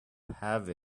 have